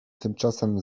tymczasem